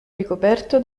ricoperto